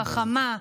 חכמה,